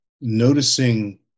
noticing